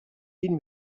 villes